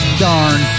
darn